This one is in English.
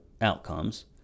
outcomes